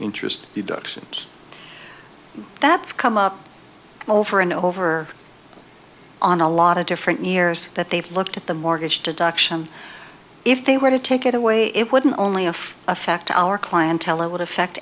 interest deductions that's come up over and over on a lot of different years that they've looked at the mortgage deduction if they were to take it away it wouldn't only if affect our clientele it would affect